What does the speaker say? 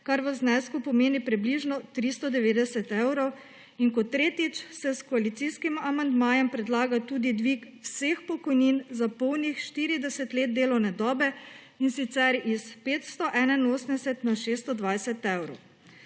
kar v znesku pomeni približno 390 evrov, in kot tretjič se s koalicijskim amandmajem predlaga tudi dvig vseh pokojnin za polnih 40 let delovne dobe, in sicer s 581 na 620 evrov.